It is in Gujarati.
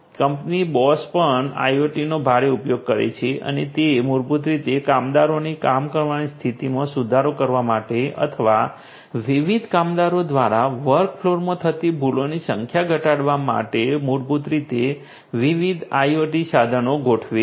કંપની બોશ પણ IoT નો ભારે ઉપયોગ કરે છે અને તે મૂળભૂત રીતે કામદારોની કામ કરવાની સ્થિતિમાં સુધારો કરવા માટે અથવા વિવિધ કામદારો દ્વારા વર્ક ફ્લોરમાં થતી ભૂલોની સંખ્યા ઘટાડવા માટે મૂળભૂત રીતે વિવિધ IoT સાધનો ગોઠવે છે